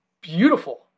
beautiful